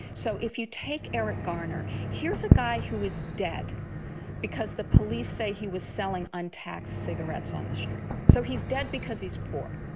so if you take eric garner, here's a guy who is dead because the police say he was selling untaxed cigarettes on the street. so he's dead because he's poor.